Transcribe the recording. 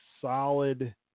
solid